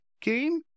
game